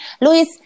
Luis